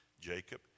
Jacob